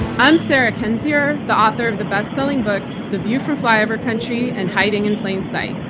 i'm sarah kendzior, the author of the bestselling books, the view from flyover country and hiding in plain sight.